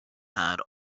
had